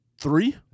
Three